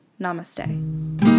Namaste